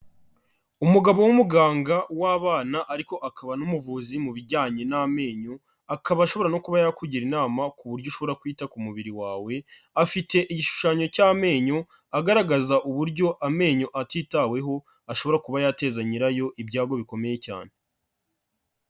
Umugabo w'umuganga w'abana ariko akaba n'umuvuzi mu bijyanye n'amenyo, akaba ashobora no kuba yakugira inama ku buryo ushobora kwita ku mubiri wawe, afite igishushanyo cy'amenyo agaragaza uburyo amenyo atitaweho ashobora kuba yateza nyirayo ibyago bikomeye cyane.